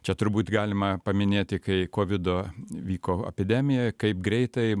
čia turbūt galima paminėti kai kovido vyko epidemija kaip greitai